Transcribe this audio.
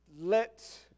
let